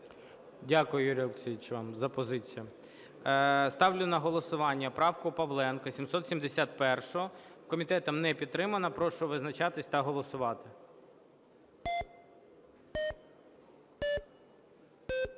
Дякую, Юрій Олексійович вам, за позицію. Ставлю на голосування правку Павленка 771-у. Комітетом не підтримана. Прошу визначатись та голосувати.